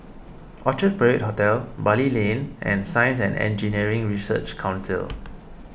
Orchard Parade Hotel Bali Lane and Science and Engineering Research Council